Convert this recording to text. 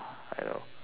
I know